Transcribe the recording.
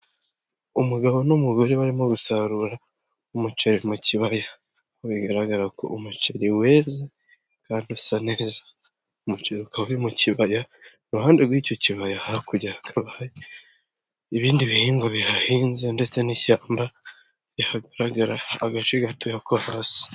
Umugabo n'umugore barimo gusarura umuceri mu kibaya. Ibi bigaragara ko umuceri weze kandi usa neza. Umuceri ukaba uri mu kibaya, iruhande rw'icyo kibaya hakurya hakaba hari ibindi bihingwa bihahinze ndetse n'ishyamba, rihagaragara agace gatoya ko hasi.